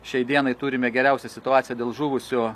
šiai dienai turime geriausią situaciją dėl žuvusių